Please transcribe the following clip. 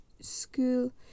school